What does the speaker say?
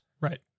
Right